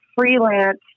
freelance